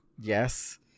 Yes